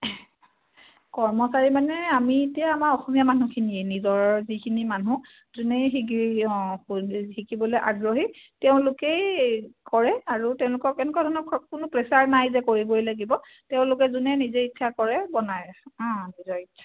কৰ্মচাৰী মানে আমি এতিয়া আমাৰ অসমীয়া মানুহখিনিয়ে নিজৰ যিখিনি মানুহ যোনে শি অঁ শিকিবলৈ আগ্ৰহী তেওঁলোকেই কৰে আৰু তেওঁলোকক এনেকুৱা ধৰণৰ কোনো প্ৰেছাৰ নাই যে কৰিবই লাগিব তেওঁলোকে যোনে নিজে ইচ্ছা কৰে বনায় অঁ নিজৰ ইচ্ছা